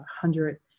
hundred